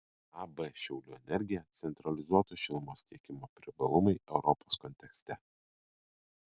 ab šiaulių energija centralizuoto šilumos tiekimo privalumai europos kontekste